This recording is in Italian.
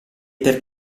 per